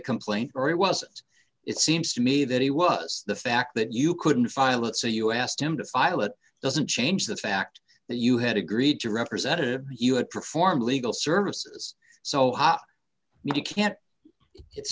complaint or it was it seems to me that he was the fact that you couldn't file it so you asked him to file it doesn't change the fact that you had agreed to represent him you had performed legal services so hot you can't it's